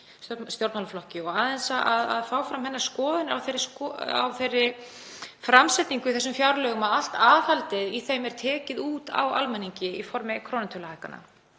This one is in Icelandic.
og aðeins að fá fram skoðanir á þeirri framsetningu í þessum fjárlögum að allt aðhaldið í þeim bitnar á almenningi í formi krónutöluhækkana.